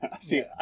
See